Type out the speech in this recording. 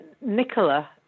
Nicola